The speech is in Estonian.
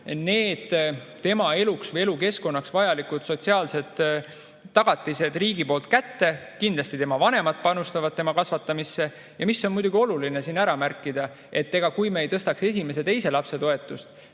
saaks tema eluks või elukeskkonnaks vajalikud sotsiaalsed tagatised riigilt kätte. Kindlasti ka lapse vanemad panustavad tema kasvatamisse. Ja muidugi on oluline siin ära märkida, et kui me ei tõstaks esimese ja teise lapse toetust,